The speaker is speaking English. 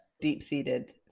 deep-seated